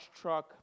truck